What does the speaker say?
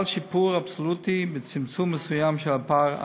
חל שיפור אבסולוטי וצמצום מסוים של הפער היחסי.